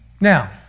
Now